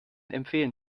empfehlen